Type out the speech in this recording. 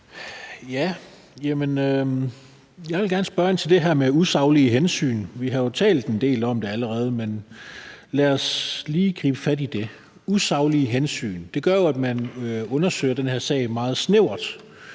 Jeg vil gerne spørge ind til det her med usaglige hensyn. Vi har jo talt en del om det allerede, men lad os lige gribe fat i det. Usaglige hensyn betyder jo, at man undersøger den her sag meget snævert.